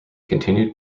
continued